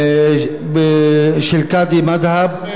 הכוללת שני חברי כנסת,